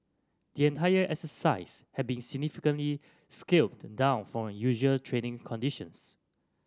the entire exercise had been significantly scaled down for unusual training conditions